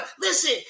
listen